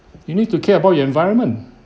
you need to care about your environment